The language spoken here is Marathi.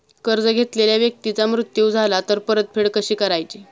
कर्ज घेतलेल्या व्यक्तीचा मृत्यू झाला तर परतफेड कशी करायची?